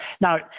Now